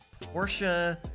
Porsche